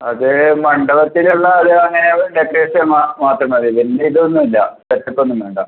അത് മണ്ഡപത്തിൽ ഉള്ള അത് അങ്ങനെ ഉള്ള ഡെക്കറേഷൻ മാത്രം മതി വലിയ ഇതൊന്നും ഇല്ല സെറ്റപ്പ് ഒന്നും വേണ്ട